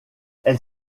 elle